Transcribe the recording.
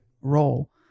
role